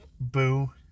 boo